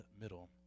middle